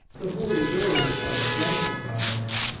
the holy ghost our sanc tifier,